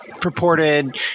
purported